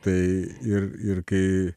tai ir ir kai